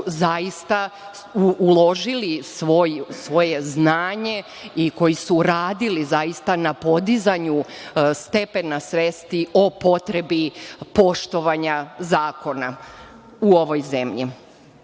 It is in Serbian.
zaista uložili svoje znanje i koji su radili zaista na podizanju stepena svesti o potrebi poštovanja zakona u ovoj zemlji. Tako